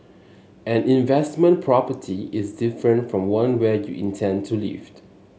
an investment property is different from one where you intend to lived